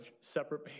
separate